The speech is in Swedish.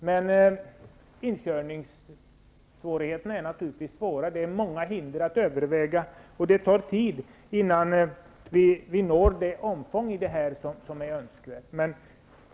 Men inkörningssvårigheterna är naturligtvis stora, det är många hinder att övervinna och det tar tid innan vi når det omfång som är önskvärt.